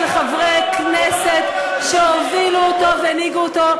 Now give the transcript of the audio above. חברי כנסת שהובילו אותו והנהיגו אותו,